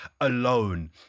alone